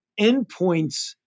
endpoints